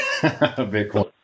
Bitcoin